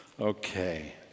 Okay